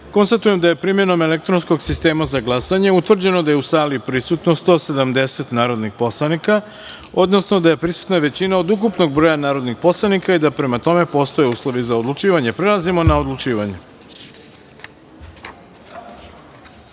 da je primenom elektronskog sistema za glasanje utvrđeno da je u sali prisutno 170 narodnih poslanika, odnosno da je prisutna većina od ukupnog broja narodnih poslanika i da prema tome postoje uslovi za odlučivanje. Prelazimo na odlučivanje. Podsećam